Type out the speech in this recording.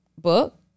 book